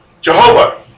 Jehovah